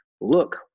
look